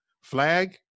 flag